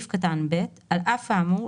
(ב)על אף האמור,